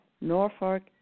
Norfolk